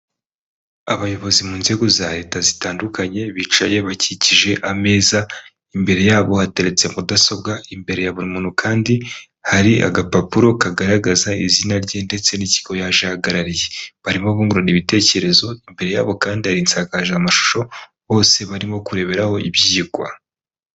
Abayobozi mu nzego za leta zitandukanye bicaye bakikije ameza, imbere yabo hateretse mudasobwa, imbere ya buri muntu kandi hari agapapuro kagaragaza izina rye ndetse n'ikigo yaje ahagarariye, barimo bungurana ibitekerezo, imbere yabo kandi hari insakazamashusho bose barimo kureberaho ibyigwa.